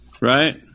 right